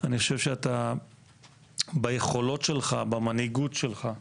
אני חושב שביכולות שלך, במנהיגות שלך,